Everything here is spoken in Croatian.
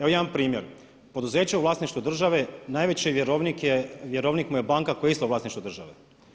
Evo jedan primjer, poduzeće u vlasništvu države najveći vjerovnik je, vjerovnik mu je banka koja je isto u vlasništvu države.